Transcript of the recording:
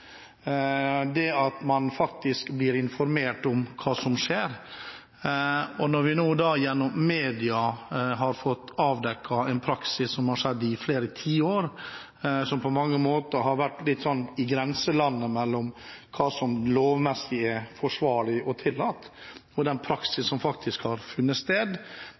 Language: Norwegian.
det at man faktisk blir informert om hva som skjer. Når vi nå gjennom media har fått avdekket en praksis som har skjedd i flere tiår, som på mange måter har vært litt sånn i grenselandet mellom hva som lovmessig er forsvarlig og tillatt, og den praksis som faktisk har funnet sted,